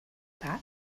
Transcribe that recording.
that